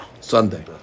Sunday